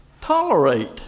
tolerate